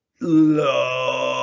love